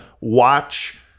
watch